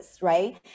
right